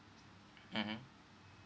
mmhmm